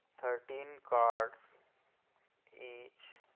thirteen cards each